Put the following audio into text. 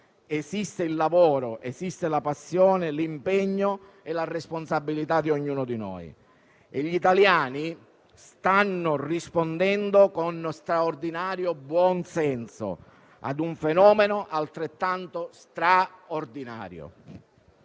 esistono il lavoro, la passione, l'impegno e la responsabilità di ognuno di noi e gli italiani stanno rispondendo con straordinario buon senso a un fenomeno altrettanto straordinario,